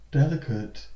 delicate